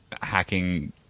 hacking